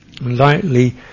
Lightly